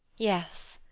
yes!